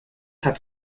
habt